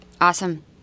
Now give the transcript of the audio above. Awesome